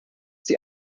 die